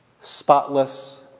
Spotless